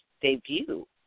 debut